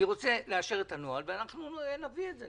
אני רוצה לאשר את הנוהל, ואנחנו נביא את זה.